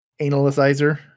Analysizer